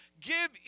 Give